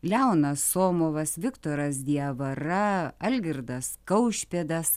leonas somovas viktoras diavara algirdas kaušpėdas